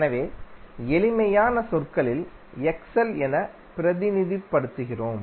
எனவே எளிமையான சொற்களில் என பிரதிநிதித்துவப்படுத்துகிறோம்